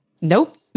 Nope